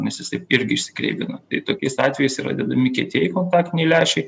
nes jisai irgi išsikreivina tai tokiais atvejais yra dedami kietieji kontaktiniai lęšiai